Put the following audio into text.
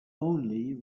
only